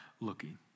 looking